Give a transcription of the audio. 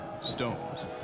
stones